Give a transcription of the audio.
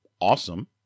awesome